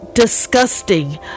Disgusting